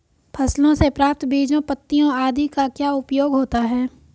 फसलों से प्राप्त बीजों पत्तियों आदि का क्या उपयोग होता है?